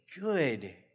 good